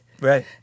Right